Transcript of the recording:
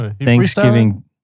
Thanksgiving